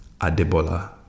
Adebola